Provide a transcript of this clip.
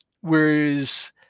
whereas